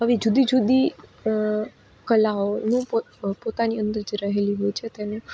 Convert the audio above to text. આવી જુદી જુદી કલાઓનું પો પોતાની અંદર જ રહેલી હોય છે તેનું